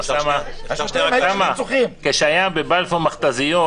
אוסאמה, כשהיו בבלפור מכתזיות,